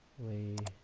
we